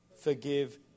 forgive